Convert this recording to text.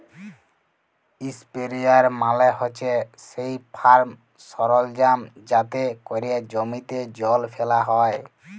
ইসপেরেয়ার মালে হছে সেই ফার্ম সরলজাম যাতে ক্যরে জমিতে জল ফ্যালা হ্যয়